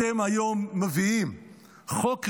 איך אתם מביאים היום חוק רציפות,